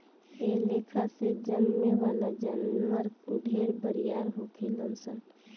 एह लेखा से जन्में वाला जानवर ढेरे बरियार होखेलन सन